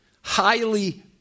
highly